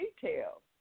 details